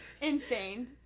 Insane